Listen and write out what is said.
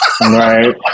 Right